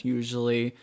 usually